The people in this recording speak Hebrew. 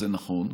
וזה נכון.